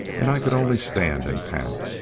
and i could only stand and pant.